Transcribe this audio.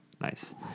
Nice